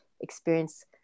experience